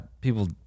people